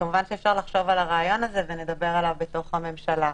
כמובן שאפשר לחשוב על הרעיון הזה ונדבר עליו בתוך הממשלה,